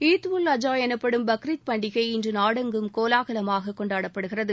ஈத் உல் அஜா எனப்படும் பக்ரித் பண்டிகை இன்று நாடெங்கும் கோலாகலமாக கொண்டாடப்படுகிறது